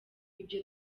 ibyo